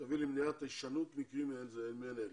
שתביא למניעת הישנות מקרים מעין אלה.